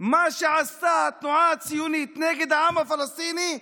מה שעשתה התנועה הציונית נגד העם הפלסטיני,